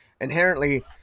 inherently